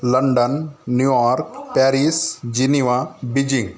London New York Paris Geneva Beijing